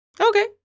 Okay